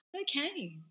okay